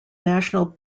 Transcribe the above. national